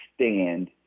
stand